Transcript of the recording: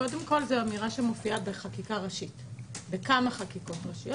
האמירה שמופיעה בכמה חקיקות ראשיות.